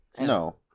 no